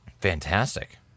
fantastic